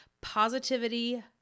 positivity